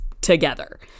together